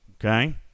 okay